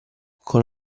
con